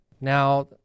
Now